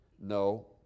No